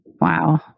Wow